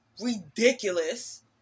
Ridiculous